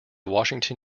washington